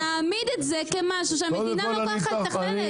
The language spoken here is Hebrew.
להעמיד את זה כמשהו שהמדינה לוקחת אחרת.